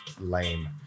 lame